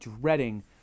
dreading